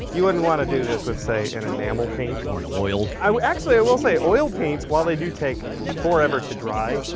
you wouldn't want to do this with, say, an enamel paint. jason or an oil. i would actually i will say oil paints while they do take forever to dry,